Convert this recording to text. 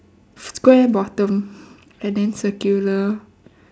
square bottom and then circular